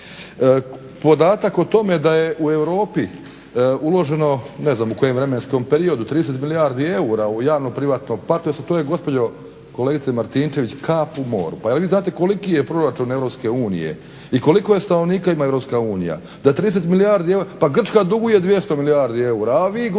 Podatak o tome da je u Europi uloženo ne znam u kojem vremenskom periodu 30 milijuna eura u javno privatno partnerstvo to je gospođo kolegice Martinčević kap u moru. Pa jel vi znate koliki je proračun EU i koliko je stanovnika ima EU? Pa Grčka duguje 200 milijardi eura, a vi govorite